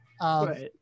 Right